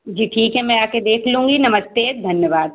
जी ठीक है मैं आकर देख लूँगी नमस्ते धन्यवाद